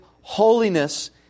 holiness